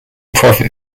profit